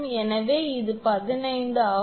எனவே இது 15 ஆகும்